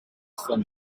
van